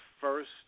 first